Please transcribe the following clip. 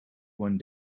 one